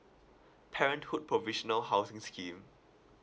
parenthood provisional housing scheme